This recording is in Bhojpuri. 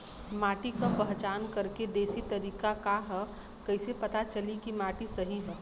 माटी क पहचान करके देशी तरीका का ह कईसे पता चली कि माटी सही ह?